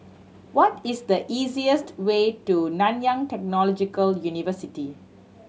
what is the easiest way to Nanyang Technological University